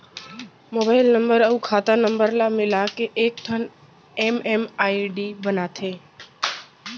mobile number अउ खाता number ल मिलाके एकठन एम.एम.आई.डी बनाथे